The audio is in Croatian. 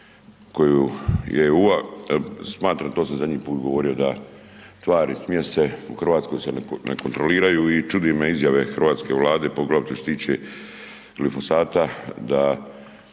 EU-a jer smatram i to sam zadnji put govorio da tvari, smjese u Hrvatskoj se ne kontroliraju i čudi me izjave hrvatske Vlade poglavito što se tiče glifosata da